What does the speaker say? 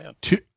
Two